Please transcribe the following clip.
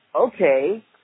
okay